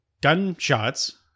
gunshots